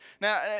Now